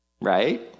right